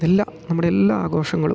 എല്ലാ നമ്മുടെ എല്ലാ ആഘോഷങ്ങളും